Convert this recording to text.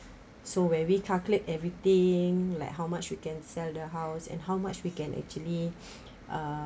so where we calculate everything like how much we can sell the house and how much we can actually uh